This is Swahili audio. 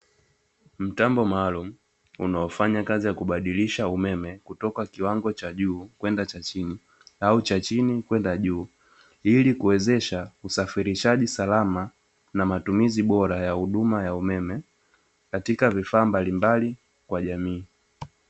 Mtambo maalum unaofanya kazi ya kubadilisha umeme kutoka kiwango cha juu kwenda cha chini au cha chini kwenda juu, ili kuwezesha usafirishaji salama na matumizi bora ya huduma ya umeme katika vifaa mbalimbali kwa jamii.